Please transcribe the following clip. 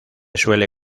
suele